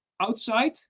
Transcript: outside